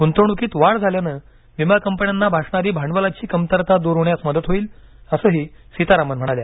गुंतवणूकीत वाढ झाल्यानं विमा कंपन्यांना भासणारी भांडवलाची कमतरता दूर होण्यास मदत होईल असंही सीतारामन म्हणाल्या